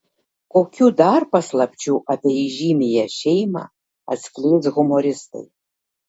kokių dar paslapčių apie įžymiąją šeimą atskleis humoristai